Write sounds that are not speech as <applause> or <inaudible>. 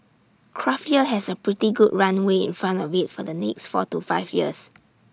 craft beer has A pretty good runway in front of IT for the next four to five years <noise>